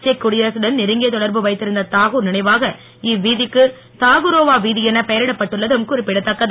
check குடியரகடன் நெருங்கிய தொடர்பு வைத்திருந்த தாகூர் நினைவாக இவ்வீதிக்கு தாகுரோவா வீதியென பெயரிடப்பட்டுள்ளதும் குறிப்பிடதக்கது